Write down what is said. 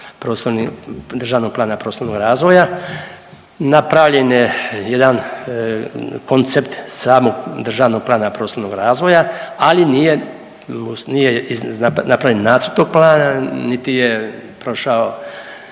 državnog plana prostornog razvoja. Napravljen je jedan koncept samog državnog plana prostornog razvoja, ali nije napravljen nacrt tog plana niti je prošao